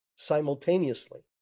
simultaneously